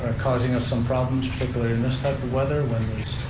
ah causing us some problems, particularly in this type of weather when there's